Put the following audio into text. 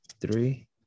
three